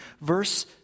Verse